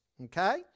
okay